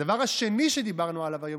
הדבר השני שדיברנו עליו היום,